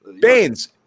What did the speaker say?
Baines